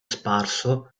sparso